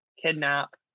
kidnap